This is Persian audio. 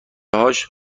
هاش